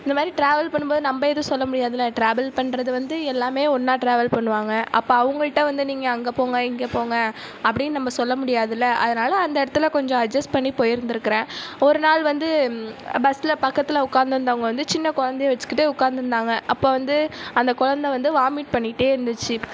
இந்த மாதிரி டிராவல் பண்ணும் போது நம்ப ஏதும் சொல்ல முடியாது இல்லை டிராவல் பண்ணுறது வந்து எல்லாமே ஒன்றா டிராவல் பண்ணுவாங்க அப்போ அவங்கள்கிட்ட வந்து நீங்கள் அங்கே போங்க இங்கே போங்க அப்படின்னு நம்ம சொல்ல முடியாதில்லை அதனாலே அந்த இடத்துலா கொஞ்சம் அஜஸ் பண்ணி போயி இருந்திருக்கிறேன் ஒரு நாள் வந்து பஸ்ஸில் பக்கத்தில் உக்கார்ந்து இருந்தவங்க வந்து சின்ன குழந்தையை வச்சுக்கிட்டு உக்காந்து இருந்தாங்க அப்போ வந்து அந்த குழந்தை வந்து வாமிட் பண்ணிகிட்டே இருந்துச்சு